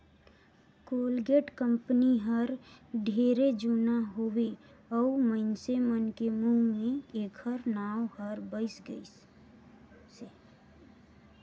Colgate company हर ढेरे जुना हवे अऊ मइनसे मन के मुंह मे ऐखर नाव हर बइस गइसे